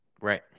Right